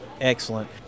excellent